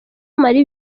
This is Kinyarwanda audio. marie